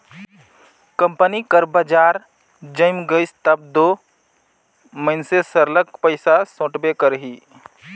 company कर बजार जइम गइस तब दो मइनसे सरलग पइसा सोंटबे करही